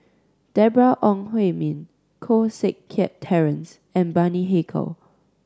Deborah Ong Hui Min Koh Seng Kiat Terence and Bani Haykal